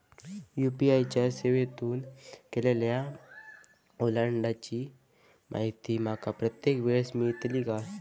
UPI च्या सेवेतून केलेल्या ओलांडाळीची माहिती माका प्रत्येक वेळेस मेलतळी काय?